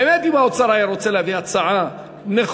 באמת, אם האוצר היה רוצה להביא הצעה נכונה,